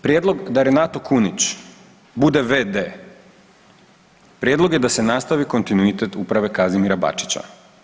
Prijedlog da Renato Kunić bude v.d., prijedlog je da se nastavi kontinuitet uprave Kazimira Bačića.